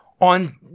on